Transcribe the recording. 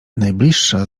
najbliższa